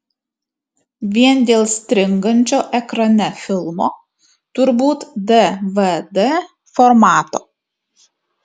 vien dėl stringančio ekrane filmo turbūt dvd formato